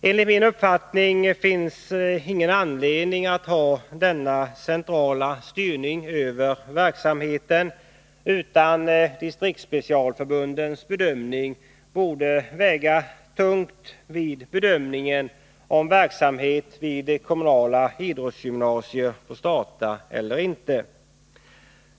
Enligt min uppfattning finns det ingen anledning att ha denna centrala styrning av verksamheten, utan distriktsspecialförbundens bedömning borde väga tungt vid bedömningen om verksamhet vid kommunala idrottsgymnasier bör få starta eller inte.